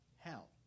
Hell